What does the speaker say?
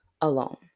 alone